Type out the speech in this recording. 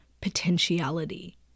potentiality